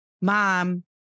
mom